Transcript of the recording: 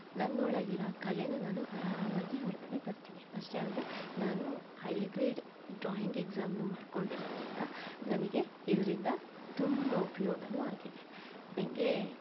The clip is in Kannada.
ನನ್ನೊಳಗಿರೊ ಆ ಕಲೆನ ನಾನು ಆರಾಮಾಗಿ ಹೊರಗಡೆ ತರ್ತೀನಿ ಅಷ್ಟೇ ಅಲ್ಲದೆ ನಾನು ಹೈಗ್ರೇಡ್ ಡ್ರಾಯಿಂಗ್ ಎಕ್ಸಾಮನ್ನೂ ಮಾಡ್ಕೊಂಡಿರದ್ರಿಂದ ನನಗೆ ಇದರಿಂದ ತುಂಬ ಉಪಯೋಗವೂ ಆಗಿದೆ ನನಗೆ